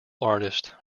artist